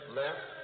left